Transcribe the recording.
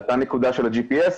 עלתה נקודה של ה-GPS,